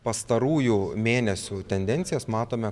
pastarųjų mėnesių tendencijas matome